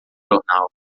jornal